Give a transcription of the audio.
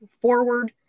forward